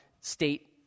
state